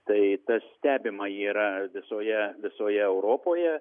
tai tas stebimą yra visoje visoje europoje